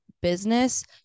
business